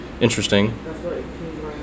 Interesting